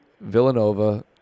Villanova